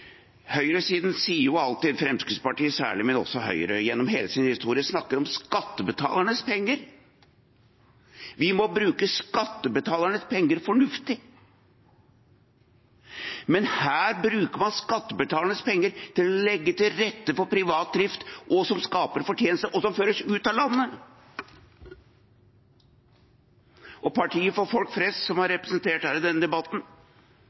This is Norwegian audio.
Høyresiden snakker jo alltid – Fremskrittspartiet særlig, men også Høyre – om skattebetalernes penger, at vi må bruke skattebetalernes penger fornuftig. Men her bruker man skattebetalernes penger til å legge til rette for privat drift, som skaper fortjeneste, og som føres ut av landet. Og til partiet for folk flest, som er representert her i denne debatten: